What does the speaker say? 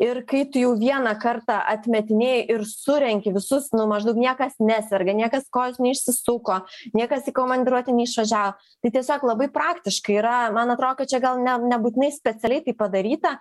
ir kai tu jau vieną kartą atmetinėji ir surenki visus nu maždaug niekas neserga niekas kojos neišsisuko niekas į komandiruotę neišvažiavo tai tiesiog labai praktiška yra man atrodo kad čia gal ne nebūtinai specialiai tai padaryta